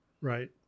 Right